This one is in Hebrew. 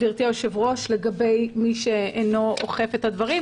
היושבת-ראש, לגבי מי שאינו אוכף את הדברים.